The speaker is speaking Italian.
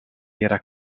era